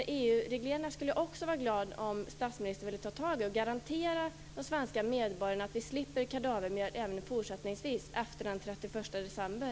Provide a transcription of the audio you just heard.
Jag skulle vara glad om statsministern ville ta tag i de här EU-regleringarna och garantera att de svenska medborgarna slipper kadavermjöl i Sverige även fortsättningsvis efter den 31 december.